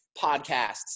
podcasts